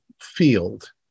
field